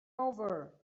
over